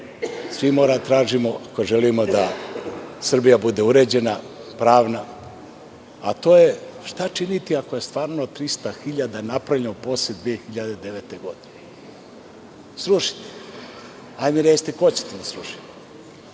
svi moramo da tražimo ako želimo da Srbija bude uređena, pravna, a to je šta činiti ako je stvarno 300.000 napravljeno posle 2009. godine? Recite mi ko će to da sruši?